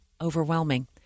overwhelming